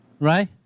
right